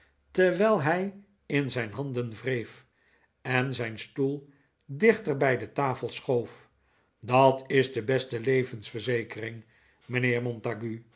terwijl hij in zijn handen wreef en zijn stoel dichter bij de tafel schoof dat is de beste levensverzekcring mijnheer montague